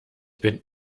bin